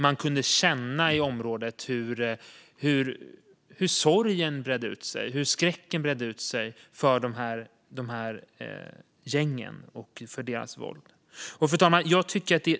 Man kunde känna i området hur sorgen bredde ut sig och skräcken för gängen och deras våld bredde ut sig. Fru talman!